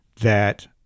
that-